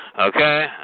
Okay